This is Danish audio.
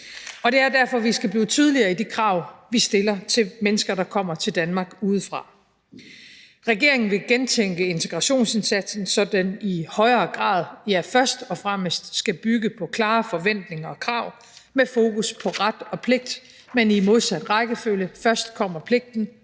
Og det er derfor, at vi skal blive tydeligere i forhold til de krav, vi stiller til mennesker, der kommer til Danmark udefra. I regeringen vil vi gentænke integrationsindsatsen, så den i højere grad – ja, først og fremmest – skal bygge på klare forventninger og krav med fokus på ret og pligt, men i omvendt rækkefølge: Først kommer pligten,